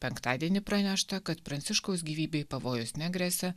penktadienį pranešta kad pranciškaus gyvybei pavojus negresia